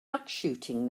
duckshooting